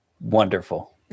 wonderful